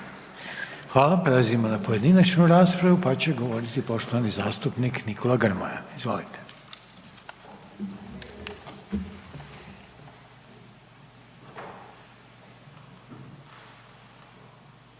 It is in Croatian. Hvala. Prelazimo na pojedinačnu raspravu, pa će govoriti poštovani zastupnik Nikola Grmoja, izvolite.